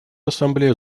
ассамблея